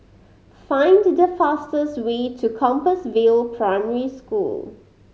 find the fastest way to Compassvale Primary School